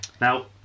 Now